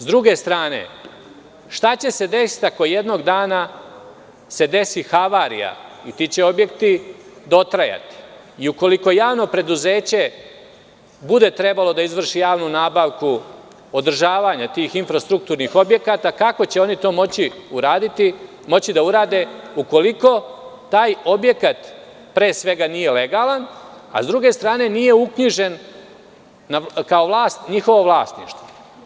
Sa druge strane, šta će se desiti ako jednog dana se desi havarija i će objekti dotrajati, ukoliko javno preduzeće bude trebalo da izvrši javnu nabavku održavanja tih infrastrukturnih objekata, kako će oni to moći da urade ukoliko taj objekat pre svega, nije legalan a sa druge strane nije uknjižen kao njihovo vlasništvo?